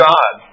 God